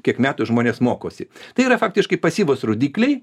kiek metų žmonės mokosi tai yra faktiškai pasyvūs rodikliai